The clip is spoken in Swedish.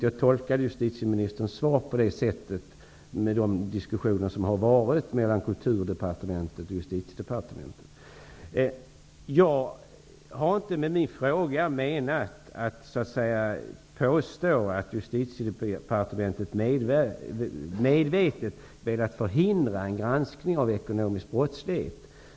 Jag tolkade justitieministerns svar på det sättet när det gäller de diskussioner som har varit mellan Jag har inte med min fråga menat att Justitiedepartementet medvetet har velat förhindra en granskning av ekonomisk brottslighet.